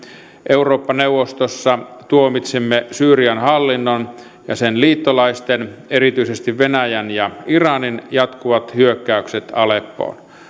eurooppa neuvostossa tuomitsimme syyrian hallinnon ja sen liittolaisten erityisesti venäjän ja iranin jatkuvat hyökkäykset aleppoon